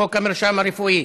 חוק המרשם הרפואי,